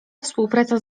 współpraca